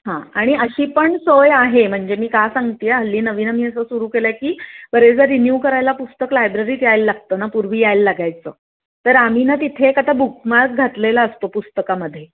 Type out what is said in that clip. हां आणि अशी पण सोय आहे म्हणजे मी का सांगते आहे हल्ली नवीन आम्ही असं सुरू केलं आहे की बरेचदा रिन्यू करायला पुस्तक लायब्ररीत यायला लागतं ना पूर्वी यायला लागायचं तर आम्ही ना तिथे एक आता बुकमार्क घातलेला असतो पुस्तकामध्ये